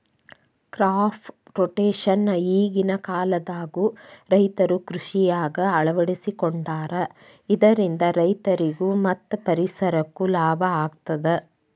crop rotation ಈಗಿನ ಕಾಲದಾಗು ರೈತರು ಕೃಷಿಯಾಗ ಅಳವಡಿಸಿಕೊಂಡಾರ ಇದರಿಂದ ರೈತರಿಗೂ ಮತ್ತ ಪರಿಸರಕ್ಕೂ ಲಾಭ ಆಗತದ